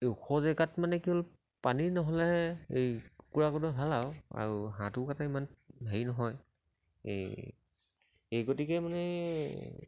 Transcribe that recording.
ওখ জেগাত মানে কি হ'ল পানী নহ'লে এই কুকুৰা কাৰণে ভাল আৰু আৰু হাঁহটো কাৰণে ইমান হেৰি নহয় এই এই গতিকে মানে